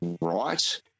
right